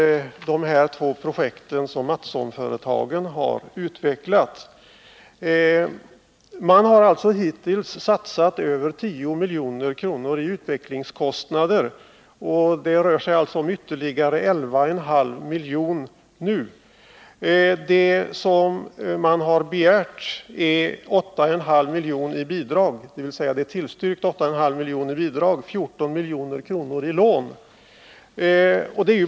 kontor På de två projekt som Mattssonföretagen utvecklat har man hittills satsat över 10 milj.kr. i utvecklingskostnader, och det rör sig nu om ytterligare 11,5 milj.kr. Det är tillstyrkt 8,5 milj.kr. i bidrag och 14 milj.kr. i lån.